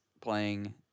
playing